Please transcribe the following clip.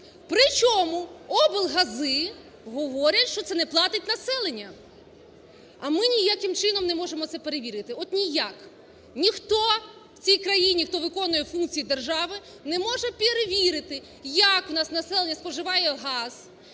При чому облгази говорять, що це не платить населення. А ми ніяким чином не можемо це перевірити. От ніяк. Ніхто в цій країні, хто виконує функції держави, не може перевірити як у нас населення споживає газ,